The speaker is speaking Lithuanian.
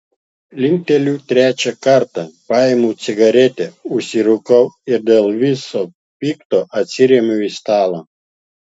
linkteliu trečią kartą paimu cigaretę užsirūkau ir dėl viso pikto atsiremiu į stalą